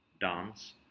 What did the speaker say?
dance